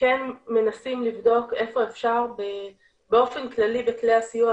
כן מנסים לבדוק איפה אפשר באופן כללי בכלי הסיוע,